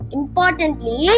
importantly